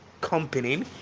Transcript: company